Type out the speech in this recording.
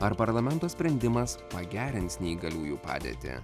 ar parlamento sprendimas pagerins neįgaliųjų padėtį